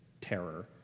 terror